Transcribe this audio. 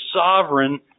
sovereign